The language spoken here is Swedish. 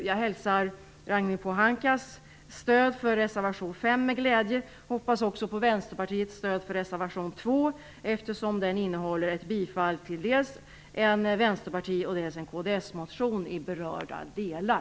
Jag hälsar Ragnhild Pohankas stöd för reservation 5 med glädje. Jag hoppas också på Vänsterpartiets stöd för reservation 2, eftersom den innebär bifall till dels en vänsterpartimotion, dels en kds-motion i berörda delar.